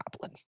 goblin